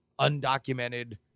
undocumented